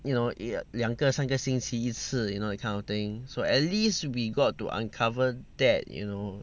you know err 两个三个星期一次 you know that kind of thing so at least we got to uncover that you know